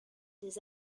des